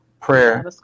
prayer